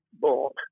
bought